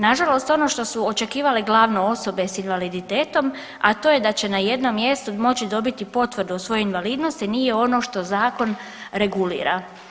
Nažalost, ono što su očekivale glavne osobe s invaliditetom, a to je da će na jednom mjestu moći dobiti potvrdu svoje invalidnosti nije ono što zakon regulira.